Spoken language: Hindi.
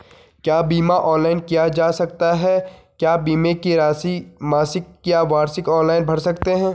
क्या बीमा ऑनलाइन किया जा सकता है क्या बीमे की राशि मासिक या वार्षिक ऑनलाइन भर सकते हैं?